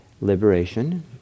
liberation